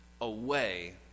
away